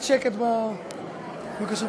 אדוני היושב-ראש, כנסת נכבדה, קצת שקט, בבקשה.